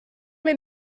mir